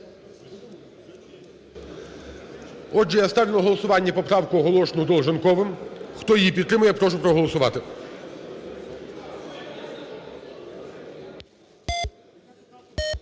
Отже, я ставлю на голосування поправку, оголошену Долженковим. Хто її підтримує, я прошу проголосувати. Це правка